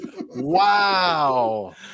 Wow